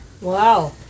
Wow